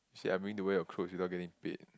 say I'm willing to wear your clothes without getting paid